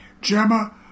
Gemma